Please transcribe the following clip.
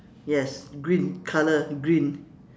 yes green colour green